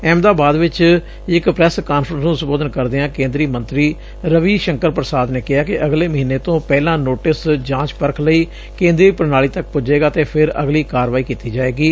ਅਹਿਮਦਾਬਾਦ ਵਿਚ ਇਕ press conference ਨੂੰ ਸੰਬੋਧਨ ਕਰਦਿਆਂ ਕੇਂਦਰੀ ਮੰਤਰੀ ਰਵੀ ਸ਼ੰਕਰ ਪ੍ਸਾਦ ਨੇ ਕਿਹਾ ਕਿ ਅਗਲੇ ਮਹੀਨੇ ਤੋ ਪਹਿਲਾਂ ਨੋਟਿਸ ਜਾਂਚ ਪਰਖ ਲਈ ਕੇਂਦਰੀ ਪ੍ਣਾਲੀ ਤੱਕ ਪੁੱਜੇਗਾ ਅਤੇ ਫਿਰ ਅਗਲੀ ਕਾਰਵਾਈ ਕੀਤੀ ਜਾਏਗੀ